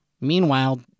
Meanwhile